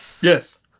Yes